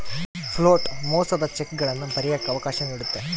float ಮೋಸದ ಚೆಕ್ಗಳನ್ನ ಬರಿಯಕ್ಕ ಅವಕಾಶ ನೀಡುತ್ತೆ